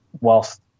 whilst